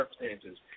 circumstances